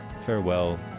farewell